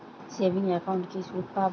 Savings একাউন্টে কি সুদ পাব?